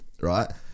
right